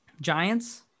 Giants